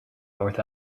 north